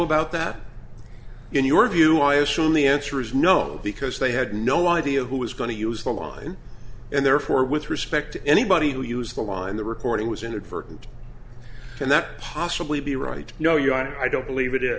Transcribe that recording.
about that in your view i assume the answer is no because they had no idea who was going to use the line and therefore with respect to anybody who used the line the recording was inadvertent can that possibly be right no you i don't believe it is